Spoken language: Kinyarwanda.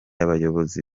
abayobozi